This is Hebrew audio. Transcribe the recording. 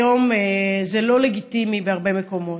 היום זה לא לגיטימי בהרבה מקומות,